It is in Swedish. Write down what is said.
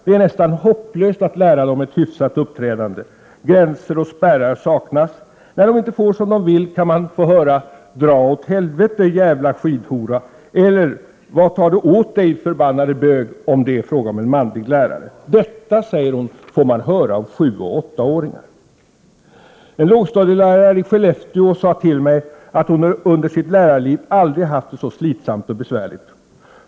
Det är nästan hopplöst att lära dem ett hyfsat uppträdande. Gränser och spärrar saknas. När de inte får som de vill kan man få höra ”dra åt helvete jävla slidhora” eller ”vad tar det åt dig förbannade bög”, om det är fråga om en manlig lärare. Detta, säger hon, får man höra av sjuoch åttaåringar. En lågstadielärare i Skellefteå sade till mig att hon under sitt lärarliv aldrig haft det så slitsamt och besvärligt som nu.